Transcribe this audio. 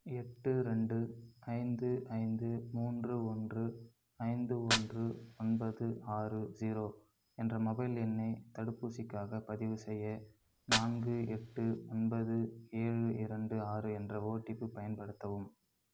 எட்டு ரெண்டு ஐந்து ஐந்து மூன்று ஒன்று ஐந்து ஒன்று ஒன்பது ஆறு ஜீரோ என்ற மொபைல் எண்ணை தடுப்பூசிக்காகப் பதிவுசெய்ய நான்கு எட்டு ஒன்பது ஏழு இரண்டு ஆறு என்ற ஓடிபி பயன்படுத்தவும்